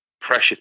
pressure